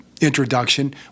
introduction